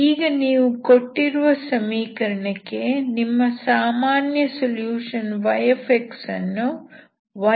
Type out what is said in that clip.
ಈಗ ನೀವು ಕೊಟ್ಟಿರುವ ಸಮೀಕರಣಕ್ಕೆ ನಿಮ್ಮ ಸಾಮಾನ್ಯ ಸೊಲ್ಯೂಷನ್ y ಅನ್ನು yxux